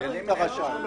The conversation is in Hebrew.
צו תשלומים,